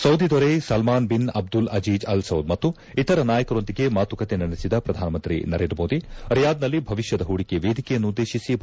Saudi ದೊರೆ Salman bin Abdul Aziz Al Saud ಮತ್ತು ಇತರ ನಾಯಕರೊಂದಿಗೆ ಮಾತುಕತೆ ನಡೆಸಿದ ಪ್ರಧಾನಮಂತ್ರಿ ನರೇಂದ್ರ ಮೋದಿ ರಿಯಾದ್ನಲ್ಲಿ ಭವಿಷ್ಯದ ಹೂಡಿಕೆ ವೇದಿಕೆಯನ್ನುದ್ವೇತಿಸಿ ಭಾಷಣ